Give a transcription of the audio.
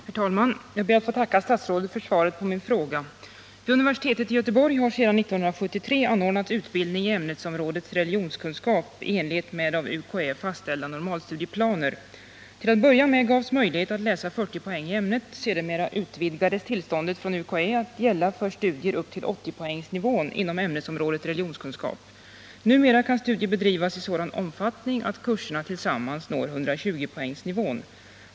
Herr talman! Jag ber att få tacka utbildningsminister Wikström för svaret på min fråga. Vid universitetet i Göteborg har sedan 1973 anordnats utbildning i ämnesområdet religionskunskap i enlighet med av UKÄ fastställda normalstudieplaner. Till att börja med gavs möjlighet att läsa 40 poäng i ämnet. Sedermera utvidgades tillståndet från UKÄ att gälla för studier upp till 80 poängsnivån inom ämnesområdet religionskunskap. Numera kan studier bedrivas i sådan omfattning att kurserna tillsammans når 120-poängsnivån.